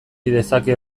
dezake